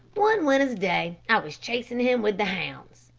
one winter's day, i was chasing him with the hounds.